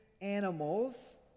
animals